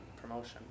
promotion